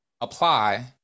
apply